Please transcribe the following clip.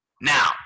now